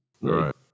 Right